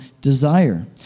desire